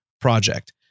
project